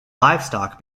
livestock